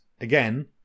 again